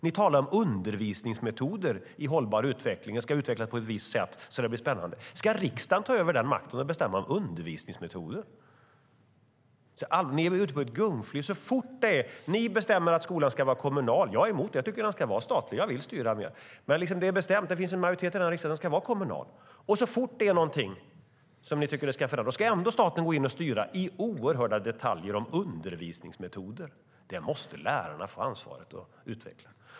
Ni talar om att undervisningsmetoder i hållbar utveckling ska utvecklas på ett visst sätt så att det blir spännande. Ska riksdagen ta över makten att bestämma om undervisningsmetoder? Ni är ute på ett gungfly. Ni bestämmer att skolan ska vara kommunal. Jag är emot det och tycker att den ska vara statlig. Jag vill styra mer. Det är dock bestämt, och det finns en majoritet i riksdagen som tycker att skolan ska vara kommunal. Men så fort ni tycker att någonting ska förändras ska staten ändå gå in och styra i detaljfrågor om undervisningsmetoder. Det måste lärarna få ansvaret för att utveckla.